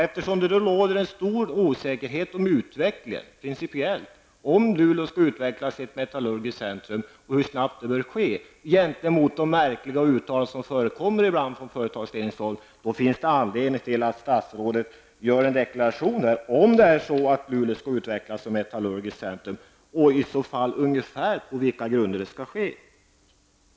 Eftersom det råder stor osäkerhet om utvecklingen, dvs. om Luleå skall utvecklas till ett metallurgiskt centrum och om hur snabbt det bör ske, finns det, i synnerhet mot bakgrund av de märkliga uttalanden som ibland görs av företagsledningen, anledning för statsrådet att säga sin mening om huruvida Luleå skall utvecklas till ett metallurgiskt centrum och i så fall ungefär på vilka grunder det skall ske.